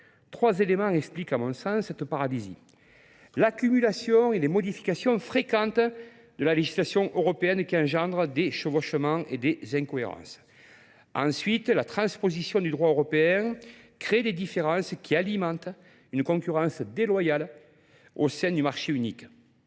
Trois éléments expliquent à mon sens cette paradisie. l'accumulation et les modifications fréquentes de la législation européenne qui engendre des chevauchements et des incohérences. Ensuite, la transposition du droit européen crée des différences qui alimentent une concurrence déloyale au sein du marché unique.